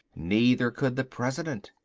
neither could the president.